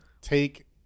take